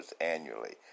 annually